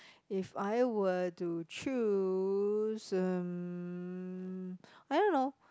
if I were to choose um I don't know